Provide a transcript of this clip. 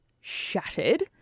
shattered